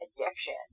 addiction